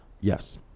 yes